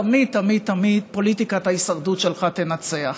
תמיד תמיד תמיד פוליטיקת ההישרדות שלך תנצח.